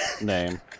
name